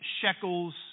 shekels